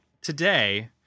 today